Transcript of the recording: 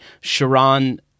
Sharon